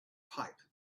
pipe